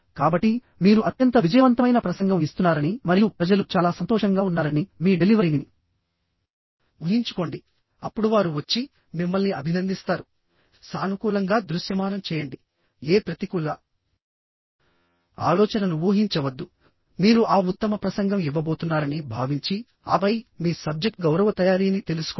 కాబట్టిమీరు అత్యంత విజయవంతమైన ప్రసంగం ఇస్తున్నారని మరియు ప్రజలు చాలా సంతోషంగా ఉన్నారని మీ డెలివరీని ఊహించుకోండి అప్పుడు వారు వచ్చి మిమ్మల్ని అభినందిస్తారుసానుకూలంగా దృశ్యమానం చేయండిఏ ప్రతికూల ఆలోచనను ఊహించవద్దు మీరు ఆ ఉత్తమ ప్రసంగం ఇవ్వబోతున్నారని భావించిఆపై మీ సబ్జెక్ట్ గౌరవ తయారీని తెలుసుకోండి